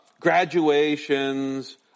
graduations